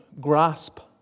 grasp